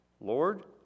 Lord